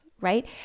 right